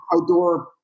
outdoor